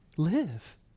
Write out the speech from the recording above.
live